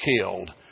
killed